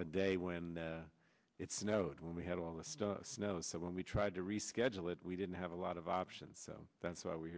a day when it snowed when we had all the stuff snow so when we tried to reschedule it we didn't have a lot of options so that's why we